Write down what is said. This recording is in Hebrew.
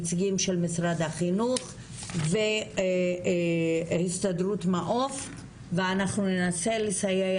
נציגים של משרד החינוך והסתדרות המעו"ף ואנחנו ננסה לסייע